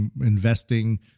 investing